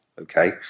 okay